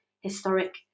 historic